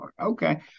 Okay